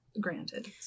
granted